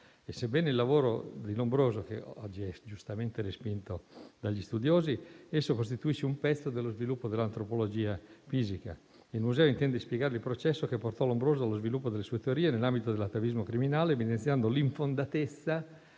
e il suo lavoro, sebbene oggi giustamente respinto dagli studiosi, costituisce un pezzo dello sviluppo dell'antropologia fisica. Il museo intende spiegare il processo che portò Lombroso allo sviluppo delle sue teorie nell'ambito dell'atavismo criminale, evidenziando l'infondatezza